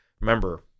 remember